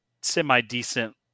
semi-decent